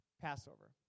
Passover